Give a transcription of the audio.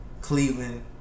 Cleveland